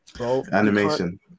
Animation